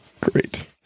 Great